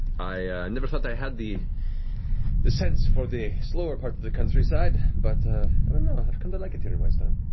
i never thought i had the the sense for the slower parts of the countryside, but i don't know i've come to like it here in whitestone.